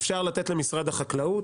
אפשר לתת למשרד החקלאות,